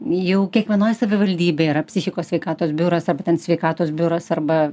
jau kiekvienoj savivaldybėj yra psichikos sveikatos biuras arba ten sveikatos biuras arba